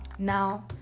Now